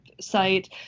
site